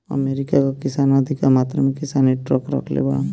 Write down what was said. America कअ किसान अधिका मात्रा में किसानी ट्रक रखले बाड़न